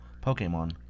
Pokemon